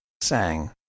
sang